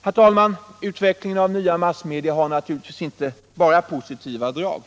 Herr talman! Utvecklingen av nya media har naturligtvis inte bara positiva drag.